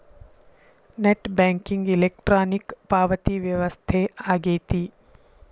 net banking electronic ಪಾವತಿ ವ್ಯವಸ್ಥೆ ಆಗೆತಿ